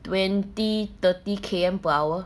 twenty thirty K_M per hour